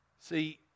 See